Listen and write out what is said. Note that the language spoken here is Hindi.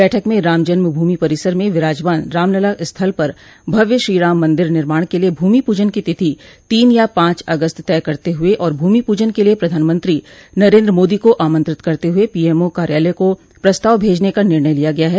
बैठक में रामजन्म भूमि परिसर में विराजमान रामलला स्थल पर भव्य श्रीराम मंदिर निर्माण के लिये भूमि पूजन की तिथि तीन या पांच अगस्त तय करते हुए और भूमि पूजन के लिये प्रधानमंत्री नरेन्द्र मोदी को आमंत्रित करते हुए पीएमओ कार्यालय को प्रस्ताव भेजने का निर्णय लिया गया है